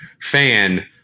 fan